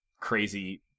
crazy